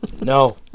No